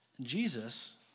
Jesus